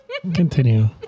Continue